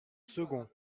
second